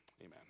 Amen